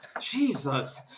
Jesus